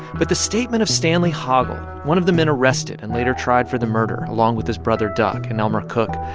but the statement of stanley hoggle, one of the men arrested and later tried for the murder along with his brother duck and elmer cook,